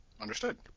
understood